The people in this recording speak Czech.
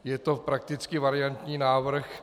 Je to prakticky variantní návrh.